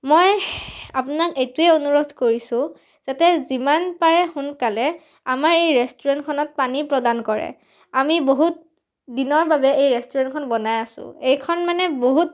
মই আপোনাক এইটোৱে অনুৰোধ কৰিছোঁ যাতে যিমান পাৰে সোনকালে আমাৰ এই ৰেষ্টুৰেণ্টখনত পানী প্ৰদান কৰে আমি বহুত দিনৰ বাবে এই ৰেষ্টুৰেণ্টখন বনাই আছোঁ এইখন মানে বহুত